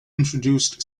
introduced